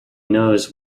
knows